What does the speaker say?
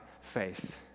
faith